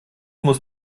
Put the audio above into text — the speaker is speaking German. muss